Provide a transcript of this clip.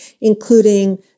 including